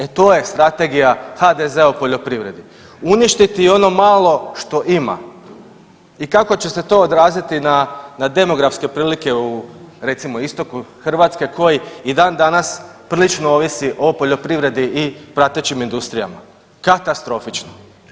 E, to je strategija HDZ-a o poljoprivredi, uništiti i ono malo što ima i kako će se to odraziti na, na demografske prilike u recimo istoku Hrvatske koji i dan danas prilično ovisi o poljoprivredi i pratećim industrijama, katastrofično.